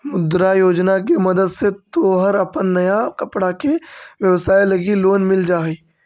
मुद्रा योजना के मदद से तोहर अपन नया कपड़ा के व्यवसाए लगी लोन मिल जा हई